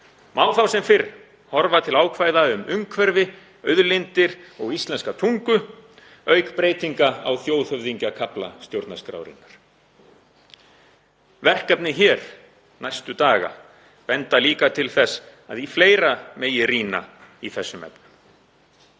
Má þá sem fyrr horfa til ákvæða um umhverfi, auðlindir og íslenska tungu, auk breytinga á þjóðhöfðingjakafla stjórnarskrárinnar. Verkefni hér næstu daga benda líka til þess að í fleira megi rýna í þessum efnum.